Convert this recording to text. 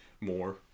more